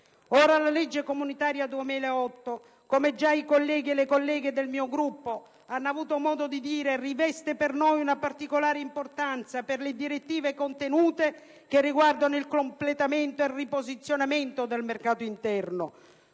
La legge comunitaria 2008, come già i colleghi e le colleghe del mio Gruppo hanno avuto modo di dire, riveste per noi una particolare importanza per le direttive contenute che riguardano il completamento e il riposizionamento del mercato interno.